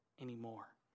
anymore